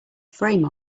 frame